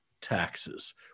taxes